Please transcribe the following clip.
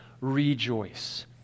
Rejoice